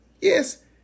Yes